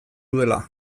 dela